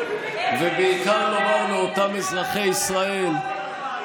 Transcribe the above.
ובעיקר לומר לאותם אזרחי ישראל,